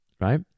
right